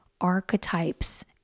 archetypes